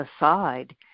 aside